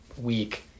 week